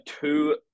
two